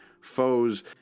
foes